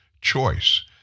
choice